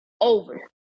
over